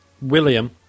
William